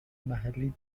محلی